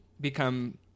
become